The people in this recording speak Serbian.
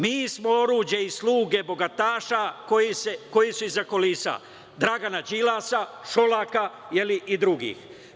Mi smo oruđe i sluge bogataša koji su iza kulisa Dragana Đilasa, Šolaka i drugih.